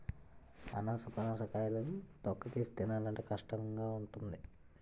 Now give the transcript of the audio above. అనాసపనస కాయలు తొక్కతీసి తినాలంటే కష్టంగావుంటాది